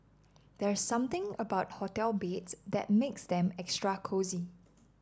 there's something about hotel beats that makes them extra cosy